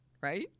right